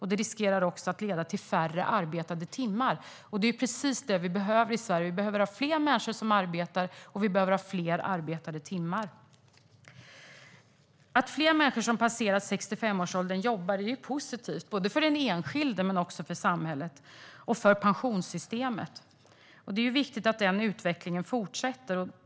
Det riskerar också att leda till färre arbetade timmar. Det vi behöver i Sverige är fler människor som arbetar, och vi behöver ha fler arbetade timmar. Att fler människor som passerat 65-årsåldern jobbar är positivt både för den enskilde och för samhället och pensionssystemet. Det är viktigt att den utvecklingen fortsätter.